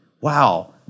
Wow